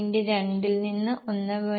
2 ൽ നിന്ന് 1